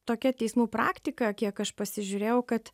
tokia teismų praktika kiek aš pasižiūrėjau kad